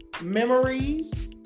memories